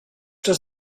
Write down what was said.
does